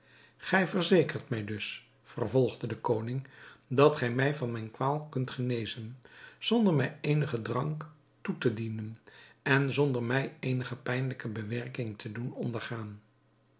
gij verzekert mij dus vervolgde de koning dat gij mij van mijne kwaal kunt genezen zonder mij eenigen drank toe te dienen en zonder mij eenige pijnlijke bewerking te doen ondergaan